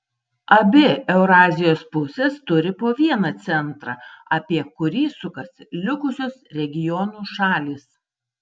abi eurazijos pusės turi po vieną centrą apie kurį sukasi likusios regionų šalys